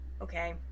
Okay